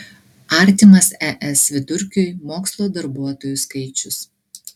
artimas es vidurkiui mokslo darbuotojų skaičius